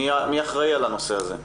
מי אחראי על הנושא הזה?